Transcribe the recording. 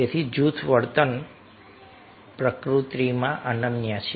તેથી જૂથ વર્તન પ્રકૃતિમાં અનન્ય છે